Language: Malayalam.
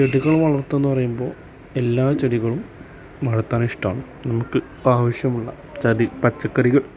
ചെടികൾ വളർത്തുകയെന്നു പറയുമ്പോൾ എല്ലാ ചെടികളും വളർത്താൻ ഇഷ്ടമാണ് നമുക്ക് ഇപ്പോൾ ആവശ്യമുള്ള ചെടി പച്ചക്കറികൾ